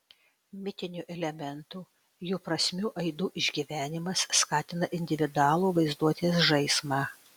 mitinių elementų jų prasmių aidų išgyvenimas skatina individualų vaizduotės žaismą